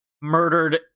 murdered